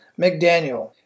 McDaniel